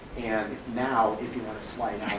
and now if you wanna slide